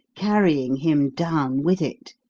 carrying him down with it.